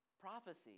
prophecy